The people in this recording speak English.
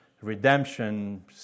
Redemption